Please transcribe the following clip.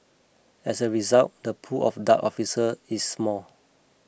as a result the pool of Dart officer is small